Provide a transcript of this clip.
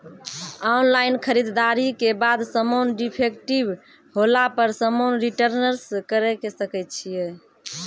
Online खरीददारी के बाद समान डिफेक्टिव होला पर समान रिटर्न्स करे सकय छियै?